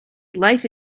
life